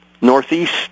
northeast